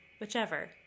whichever